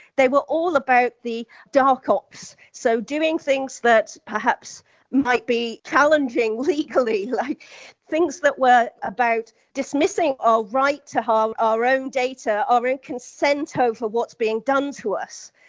they were all about the dark ops, so doing things that perhaps might be challenging legally, like things that were about dismissing our right to um our own data, our own ah consent so for what's being done to us.